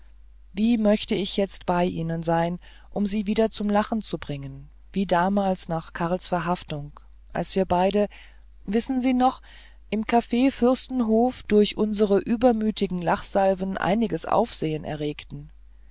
wie möchte ich jetzt bei ihnen sein um sie wieder zum lachen zu bringen wie damals nach karls verhaftung als wir beide wissen sie noch im caf fürstenhof durch unsere übermütigen lachsalven einiges aufsehen erregten